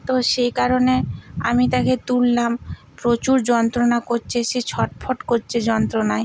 তো সেই কারণে আমি তাকে তুললাম প্রচুর যন্ত্রণা করছে সে ছটফট করছে যন্ত্রণায়